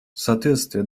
соответствие